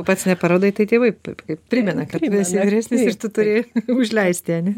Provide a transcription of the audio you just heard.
pats neparodai tai tėvai p p primena kad esi vyresnis ir tu turi užleisti ane